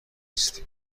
است